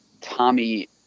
tommy